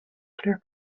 kleur